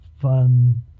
fun